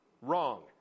Wrong